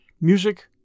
music